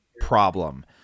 problem